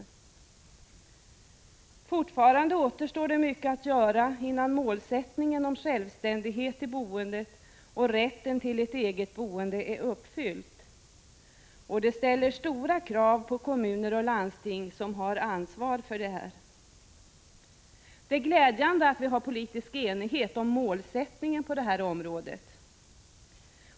91 Fortfarande återstår det mycket att göra innan målsättningen om självständighet i boendet och rätten till ett eget boende är uppfylld, och det ställer stora krav på kommuner och landsting som har ansvar för detta. Det är glädjande att vi har politisk enighet om målsättningen på detta område.